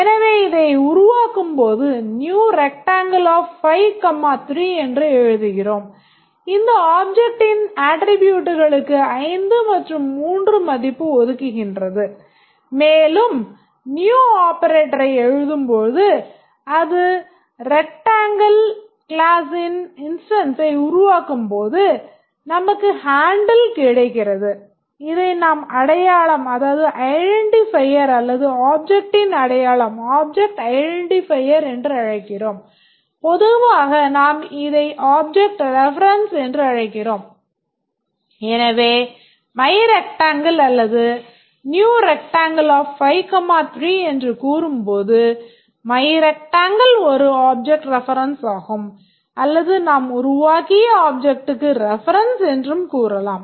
எனவே இதை உருவாக்கும்போது new Rectangle என்று கூறும்போது myRectangle ஒரு object reference ஆகும் அல்லது நாம் உருவாக்கிய objectக்கு reference என்றும் கூறலாம்